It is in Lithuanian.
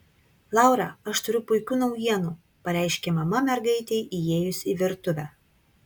laura aš turiu puikių naujienų pareiškė mama mergaitei įėjus į virtuvę